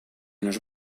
nos